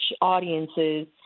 audiences